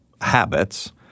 habits